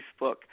Facebook